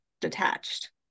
detached